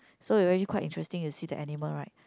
so you really quite interesting to see the animal right